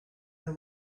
and